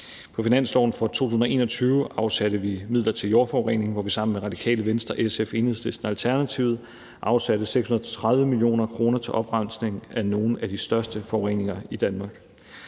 På finansloven for 2021 afsatte vi midler til jordforureningsindsatsen, hvor vi sammen med Radikale Venstre, SF, Enhedslisten og Alternativet afsatte 630 mio. kr. til oprensning af nogle af de største forureninger i Danmark.